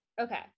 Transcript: okay